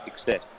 success